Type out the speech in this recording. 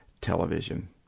television